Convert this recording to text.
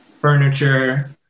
furniture